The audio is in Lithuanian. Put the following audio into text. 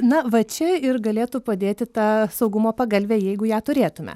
na va čia ir galėtų padėti ta saugumo pagalvė jeigu ją turėtume